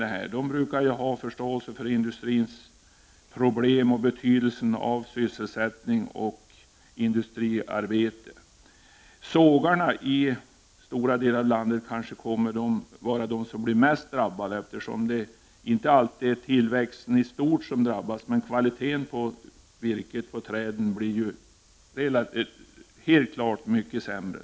Socialdemokraterna brukar ju ha förståelse för industrins problem och betydelsen av sysselsättning och industriarbete. I stora delar av landet kommer sågverken att vara bland dem som drabbas mest av effekterna av viltskadorna. Det är inte alltid tillväxten i stort som drabbas, men i stället blir virkeskvaliteten ofta klart sämre.